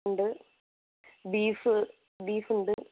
ഉണ്ട് beef beef ഉണ്ട്